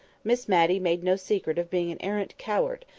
miss matty made no secret of being an arrant coward,